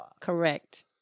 Correct